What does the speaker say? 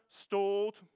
stalled